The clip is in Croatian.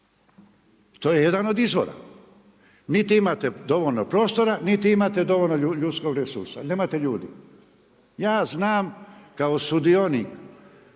to je jedan od izvora. Niti imate dovoljno prostora, niti imate dovoljno ljudskog resursa, nemate ljudi. Ja znam, kao sudionik